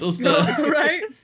Right